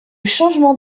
changement